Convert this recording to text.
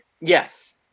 Yes